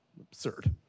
Absurd